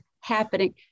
happening